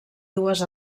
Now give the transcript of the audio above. dues